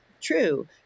true